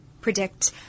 predict